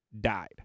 died